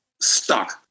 stuck